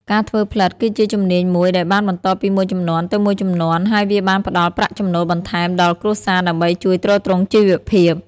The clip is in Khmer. ការធ្វើផ្លិតគឺជាជំនាញមួយដែលបានបន្តពីមួយជំនាន់ទៅមួយជំនាន់ ហើយវាបានផ្តល់ប្រាក់ចំណូលបន្ថែមដល់គ្រួសារដើម្បីជួយទ្រទ្រង់ជីវភាព។